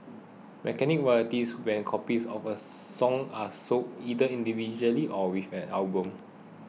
mechanical royalties when copies of a song are sold either individually or with an album